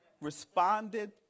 responded